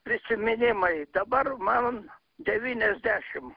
prisiminimai dabar man devyniasdešim